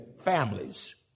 families